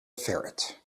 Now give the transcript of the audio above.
ferret